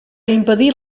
impedir